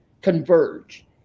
converge